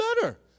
better